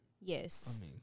Yes